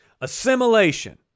Assimilation